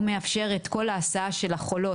הוא מאפשר את כל ההסעה של החולות,